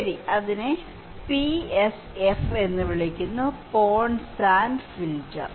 ശരി അതിനെ PSF എന്ന് വിളിക്കുന്നു പോണ്ട് സാൻഡ് ഫിൽട്ടർ